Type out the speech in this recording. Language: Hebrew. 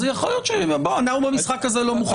אז יכול להיות שאנחנו במשחק הזה לא מוכנים לשחק.